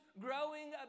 growing